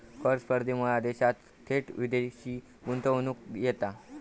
कर स्पर्धेमुळा देशात थेट विदेशी गुंतवणूक येता